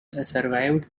survived